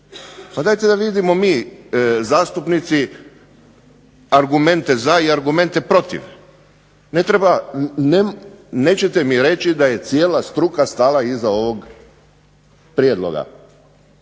Dajte da vidimo mi zastupnici argumente za i argumente protiv. Nećete mi reći da je cijela struka stala iza ovog Prijedloga,